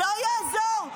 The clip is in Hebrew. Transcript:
לא יעזור.